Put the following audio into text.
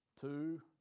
Two